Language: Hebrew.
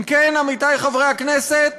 אם כן, עמיתי חברי הכנסת,